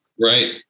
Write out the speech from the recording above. right